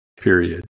period